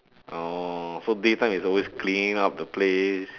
orh so day time is always cleaning up the place